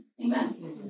amen